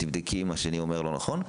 תבדקי אם מה שאני אומר לא נכון.